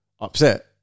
upset